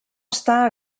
estar